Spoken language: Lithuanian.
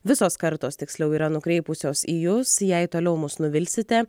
visos kartos tiksliau yra nukreipusios į jus jei toliau mus nuvilsite